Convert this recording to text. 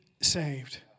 saved